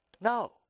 No